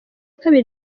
kabiri